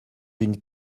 une